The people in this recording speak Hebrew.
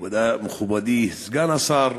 מכובדי סגן השר,